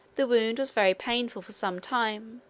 the wound was very painful for some time,